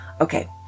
Okay